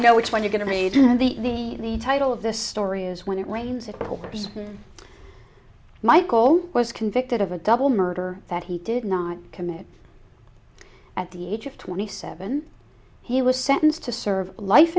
know which one you're going to read and the title of the story is when it rains it pours michael was convicted of a double murder that he did not commit at the age of twenty seven he was sentenced to serve life